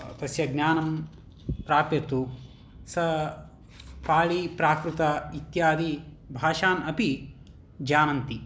तस्य ज्ञानं प्राप्तेतु स पालिप्राकृत इत्यादि भाषान् अपि जानन्ति